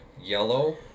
yellow